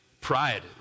pride